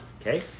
Okay